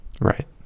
Right